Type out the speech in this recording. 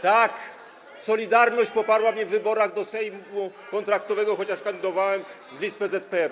Tak, „Solidarność” poparła mnie w wyborach do Sejmu kontraktowego, chociaż kandydowałem z list PZPR-u.